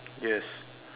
yes